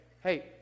hey